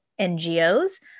NGOs